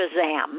Shazam